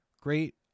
Great